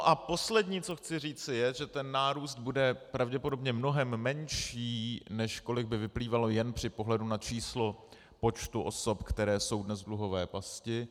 A poslední, co chci říci, je, že nárůst bude pravděpodobně mnohem menší, než kolik by vyplývalo jen při pohledu na číslo počtu osob, které jsou dnes v dluhové pasti.